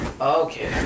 Okay